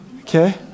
Okay